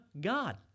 god